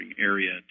area